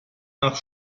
nach